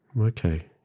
Okay